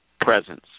presence